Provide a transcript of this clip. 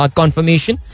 confirmation